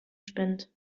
spinnt